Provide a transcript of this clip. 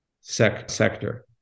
sector